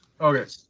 Okay